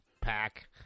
pack